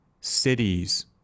cities